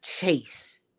chase